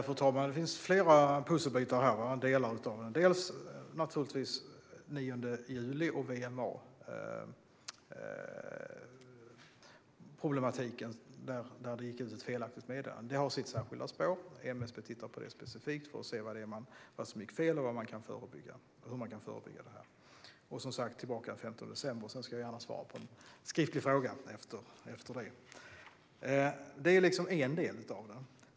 Fru talman! Det finns flera pusselbitar och delar här. Det är problematiken med VMA den 9 juli när det gick ut ett felaktigt meddelande. Det har sitt särskilda spår. MSB tittar på det specifikt, för att se vad som gick fel och hur det kan förebyggas. De kommer som sagt tillbaka till mig den 15 december, och jag svarar gärna på en skriftlig fråga efter det. Det är en del av det.